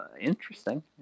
interesting